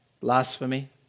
Blasphemy